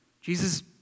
Jesus